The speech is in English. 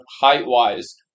height-wise